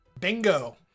bingo